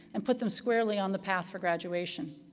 and put them squarely on the path for graduation.